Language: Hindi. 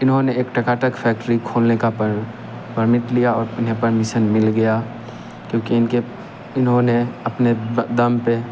इन्होंने एक टकाटक फैक्ट्री का परमिट लिया और उन्हें परमिशन मिल गया क्योंकि इनके इन्होंने अपने दम पे